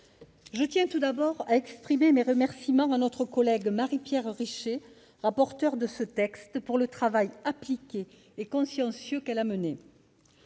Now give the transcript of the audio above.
je tiens tout d'abord à remercier notre collègue Marie-Pierre Richer, rapporteure de ce texte, pour le travail appliqué et consciencieux qu'elle a mené.